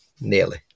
nearly